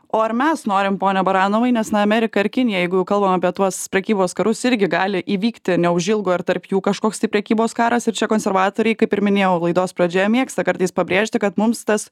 o ar mes norim pone baranovai nes na amerika ir kinija jeigu jau kalbam apie tuos prekybos karus irgi gali įvykti neužilgo ir tarp jų kažkoks tai prekybos karas ir čia konservatoriai kaip ir minėjau laidos pradžioje mėgsta kartais pabrėžti kad mums tas